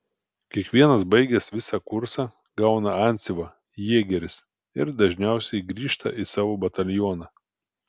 kiekvienas baigęs visą kursą gauna antsiuvą jėgeris ir dažniausiai grįžta į savo batalioną